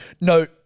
No